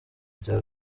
bya